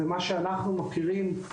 ומה שאנחנו מכירים בשטח,